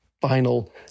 final